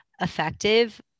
effective